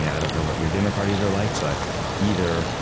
yeah i don't know what your dinner parties are like, but either.